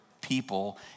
people